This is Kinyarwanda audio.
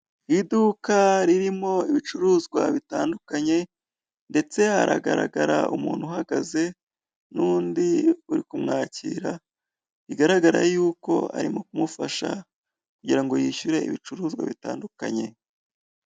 Iduka ririmo ibicuruzwa bitandukanye, ndetse haragaragara umuntu uhagaze, n'undi uri kumwakira, bigaragara yuko arimo kumufasha, kugira ngo yishyure ibicuruzwa bitandukanye.